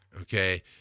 okay